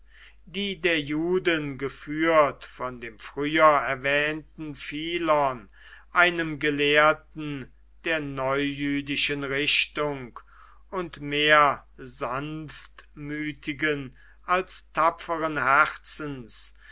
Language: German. die der juden geführt von dem früher erwähnten philon einem gelehrten der neujüdischen richtung und mehr sanftmütigen als tapferen herzens